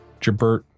Jabert